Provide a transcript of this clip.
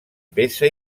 peça